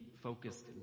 focused